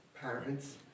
parents